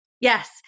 Yes